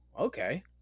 okay